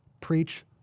preach